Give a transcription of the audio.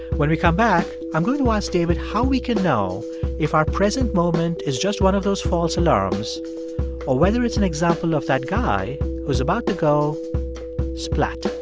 when we come back, i'm going to ask david how we can know if our present moment is just one of those false alarms or whether it's an example of that guy who's about to go splat